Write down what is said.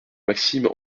maxime